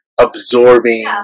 absorbing